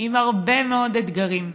עם הרבה מאוד אתגרים,